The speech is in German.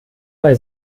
bei